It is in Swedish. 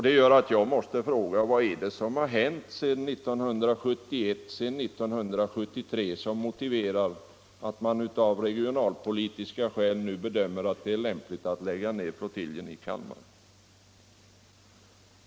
Det gör att jag måste fråga: Vad är det som hänt sedan 1971 och 1973 som motiverar, att man av regionalpolitiska skäl bedömer att det nu är lämpligt att lägga ned flottiljen i Kalmar?